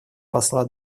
посла